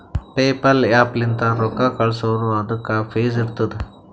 PayPal app ಲಿಂತ್ ರೊಕ್ಕಾ ಕಳ್ಸುರ್ ಅದುಕ್ಕ ಫೀಸ್ ಇರ್ತುದ್